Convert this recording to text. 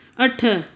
अठ